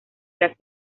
las